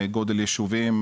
גודל יישובים,